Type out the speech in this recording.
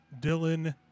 Dylan